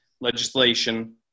legislation